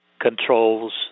controls